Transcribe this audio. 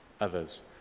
others